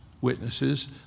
witnesses